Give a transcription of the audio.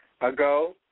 Ago